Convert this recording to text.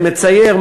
מצייר,